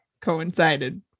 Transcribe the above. Coincided